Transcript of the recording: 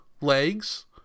legs